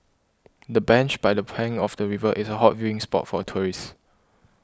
the bench by the bank of the river is a hot viewing spot for tourists